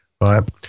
right